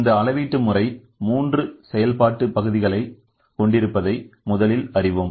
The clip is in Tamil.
இந்த அளவீட்டு முறை மூன்று செயல்பாட்டு பகுதிகளை கொண்டிருப்பதை முதலில் அறிவோம்